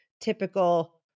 typical